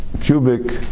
cubic